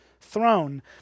throne